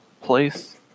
place